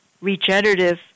regenerative